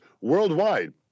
worldwide